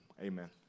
amen